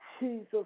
Jesus